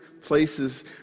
places